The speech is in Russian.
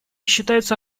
считаются